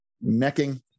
necking